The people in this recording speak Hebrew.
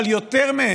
אבל יותר מהם,